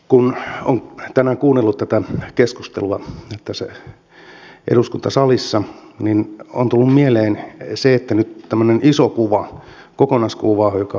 kun on tänään kuunnellut tätä keskustelua tässä eduskuntasalissa on tullut mieleen se että tämmöinen iso kuva kokonaiskuva on unohtunut